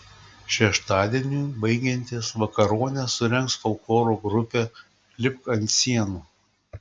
šeštadieniui baigiantis vakaronę surengs folkloro grupė lipk ant sienų